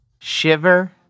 Shiver